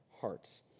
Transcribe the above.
hearts